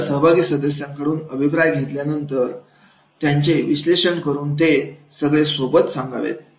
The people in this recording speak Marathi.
समजा सहभागी सदस्यांकडून अभिप्राय घेतल्यानंतर त्याचे विश्लेषण करून ते सगळे सोबत सांगावेत